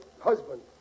Husband